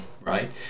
right